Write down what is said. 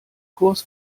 kurs